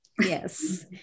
Yes